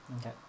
Okay